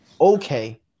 okay